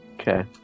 Okay